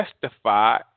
testify